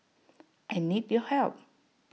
I need your help